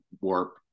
warp